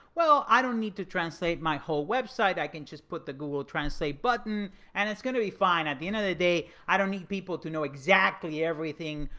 well, i don't need to my whole website. i can just put the google translate button and it's going to be fine at the end of the day. i don't need people to know exactly everything.